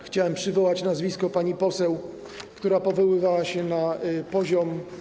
Chciałem przywołać nazwisko pani poseł, która powoływała się na poziom.